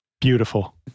Beautiful